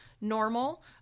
normal